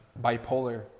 bipolar